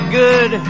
good